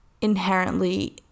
inherently